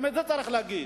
גם את זה צריך להגיד.